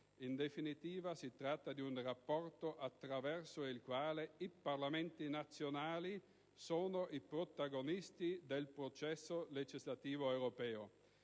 In definitiva, si tratta di un rapporto attraverso il quale i Parlamenti nazionali sono i protagonisti del processo legislativo europeo.